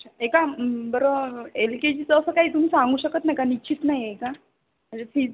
अच्छा ऐका बरं एल के जीचं असं काही तुम्ही सांगू शकत नाही का निश्चित नाही आहे का म्हणजे फिज